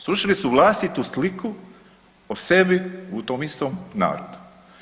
Srušili su vlastitu sliku o sebi u tom istom navratu.